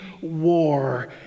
war